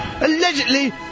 Allegedly